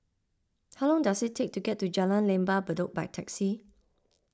how long does it take to get to Jalan Lembah Bedok by taxi